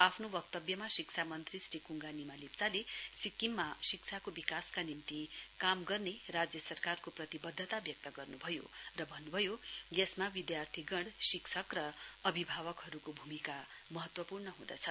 आफ्नो वक्तव्यमा शिक्षा मन्त्री श्री कुङ्गा निमा लेप्चाले सिक्किममा शिक्षाको विकासका निम्ति काम गर्ने राज्य सरकारको प्रतिवध्यता व्यक्त गर्नुभयो र भन्नुभयो यसमा विध्यार्थीगण शिक्षक र अभिभावकहरुको भूमिका महत्वपूर्ण हुँदैछ